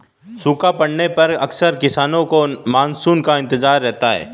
सूखा पड़ने पर अक्सर किसानों को मानसून का इंतजार रहता है